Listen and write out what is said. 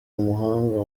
umuhanga